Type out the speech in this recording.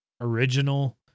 original